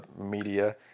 media